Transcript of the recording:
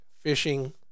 fishing